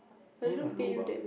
what you mean by lobang